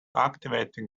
activating